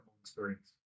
experience